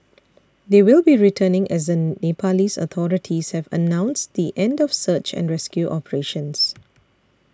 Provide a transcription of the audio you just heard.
they will be returning as an Nepalese authorities have announced the end of search and rescue operations